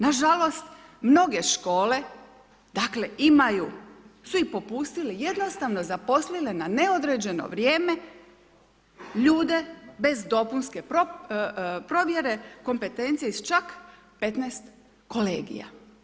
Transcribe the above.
Na žalost mnoge škole dakle, imaju, su i popustile, jednostavno zaposlile na neodređeno vrijeme ljude bez dopunske provjere kompetencije iz čak 15 kolegica.